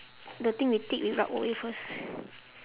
the thing we tick we rub away first